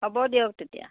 হ'ব দিয়ক তেতিয়া